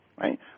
Right